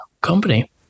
company